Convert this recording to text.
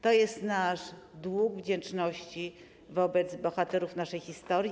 To jest nasz dług wdzięczności wobec bohaterów naszej historii.